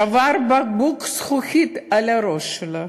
שבר בקבוק זכוכית על הראש שלה,